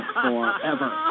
forever